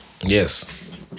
Yes